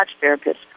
therapist